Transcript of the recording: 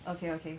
okay okay